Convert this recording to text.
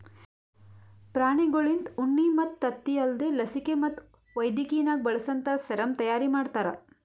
ಪ್ರಾಣಿಗೊಳ್ಲಿಂತ ಉಣ್ಣಿ ಮತ್ತ್ ತತ್ತಿ ಅಲ್ದೇ ಲಸಿಕೆ ಮತ್ತ್ ವೈದ್ಯಕಿನಾಗ್ ಬಳಸಂತಾ ಸೆರಮ್ ತೈಯಾರಿ ಮಾಡ್ತಾರ